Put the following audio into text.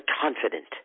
confident